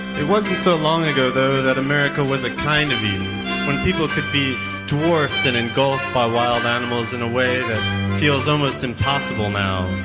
it wasn't so long ago though that america was a kinder view when people could be dwarfed and engulfed by wild animals in a way that almost impossible now.